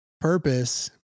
purpose